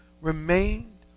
remained